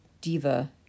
diva